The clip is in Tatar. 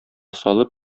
салып